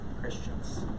Christians